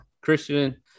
Christian